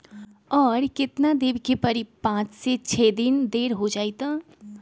और केतना देब के परी पाँच से छे दिन देर हो जाई त?